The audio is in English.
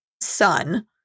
son